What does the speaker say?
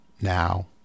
now